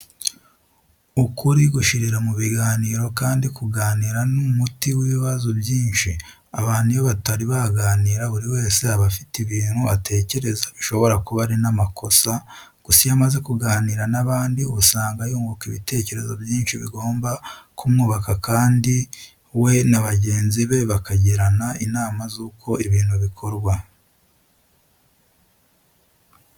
Ukuri gushirira mu biganiro kandi kuganira ni umuti w'ibibazo byinshi. Abantu iyo batari baganira buri wese aba afite ibintu atekereza bishobora kuba ari n'amakosa, gusa iyo amaze kuganira n'abandi usanga yunguka ibitekerezo byinshi bigomba kumwubaka kandi we n'abagenzi bakagirana inama z'uko ibintu bikorwa.